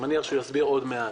אני מניח שהוא יסביר עוד מעט.